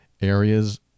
areas